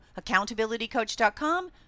accountabilitycoach.com